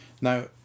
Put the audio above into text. now